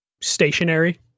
stationary